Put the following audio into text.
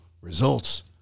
results